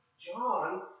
John